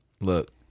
Look